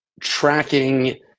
tracking